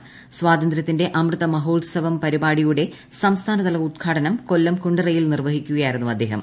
സ്വാതന്ത്രൃത്തിന്റെ അമൃതമഹോത്സവം പരിപാടിയുടെ സംസ്ഥാനതല ഉദ്ഘാടനം കൊല്ലം കുണ്ടറയിൽ നിർവഹിക്കുകയായിരുന്നു അദ്ദേഹം